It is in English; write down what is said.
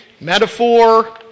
metaphor